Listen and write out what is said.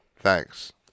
thanks